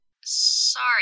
Sorry